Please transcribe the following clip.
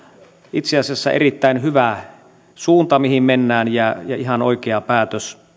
itse asiassa erittäin hyvä suunta mihin mennään ja ihan oikea päätös